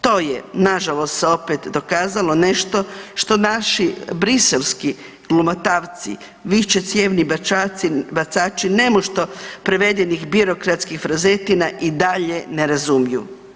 To je nažalost se opet dokazalo nešto što naši briselski glumatavci višecijevni bacači nemušto prevedenih birokratskih frazetina i dalje ne razumiju.